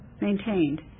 maintained